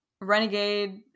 Renegade